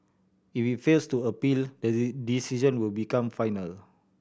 if it fails to appeal the decision will become final